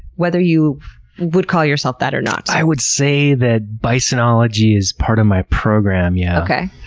whether you would call yourself that or not. i would say that bisonology is part of my program, yeah. okay.